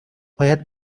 باید